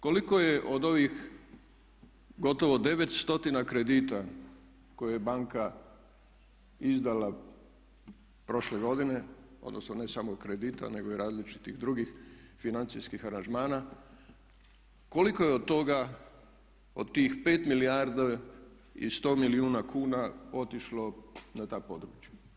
Koliko je od ovih gotovo 9 stotina kredita koje je banka izdala prošle godine, odnosno ne samo kredita nego i različitih drugih financijskih aranžmana, koliko je od toga, od tih 5 milijardi i 100 milijuna kuna otišlo na ta područja?